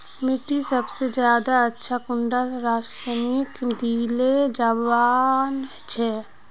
मिट्टी सबसे ज्यादा अच्छा कुंडा रासायनिक दिले बन छै?